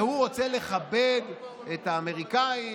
והוא רוצה לכבד את האמריקאים,